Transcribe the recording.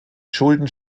schulden